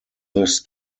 this